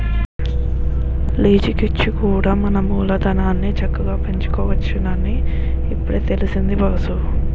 లీజికిచ్చి కూడా మన మూలధనాన్ని చక్కగా పెంచుకోవచ్చునని ఇప్పుడే తెలిసింది బాసూ